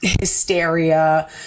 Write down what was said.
hysteria